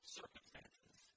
circumstances